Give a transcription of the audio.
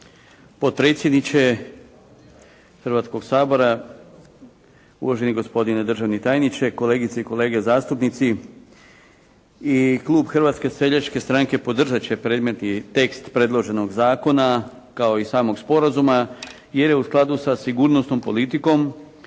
potpredsjedniče Hrvatskoga sabora, uvaženi gospodine državni tajniče, kolegice i kolege zastupnici. I klub Hrvatske seljačke stranke podržat će predmetni tekst predloženog zakona kao i samog sporazuma, jer je u skladu sa sigurnosnom politikom